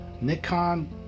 Nikon